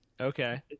Okay